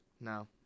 no